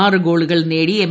ആറു ഗോളുകൾ നേടി എം